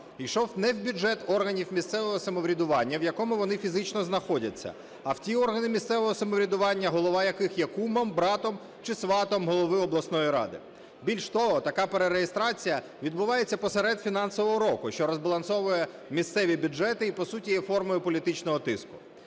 йшов не в бюджет органів місцевого самоврядування, в якому вони фізично знаходяться, а в ті органи місцевого самоврядування, голова яких є кумом, братом чи сватом голови обласної ради. Більш того, така перереєстрація відбувається посеред фінансового року, що розбалансовує місцеві бюджети і по суті є формою політичного тиску.